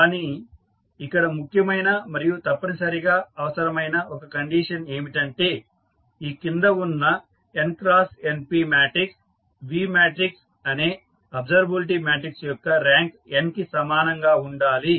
కానీ ఇక్కడ ముఖ్యమైన మరియు తప్పనిసరిగా అవసరమైన ఒక కండిషన్ ఏమిటంటే ఈ కింద ఉన్న n cross np matrix V matrix అనే అబ్సర్వబిలిటీ మాట్రిక్స్ యొక్క ర్యాంక్ n కి సమానంగా ఉండాలి